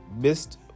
missed